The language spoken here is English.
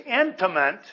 intimate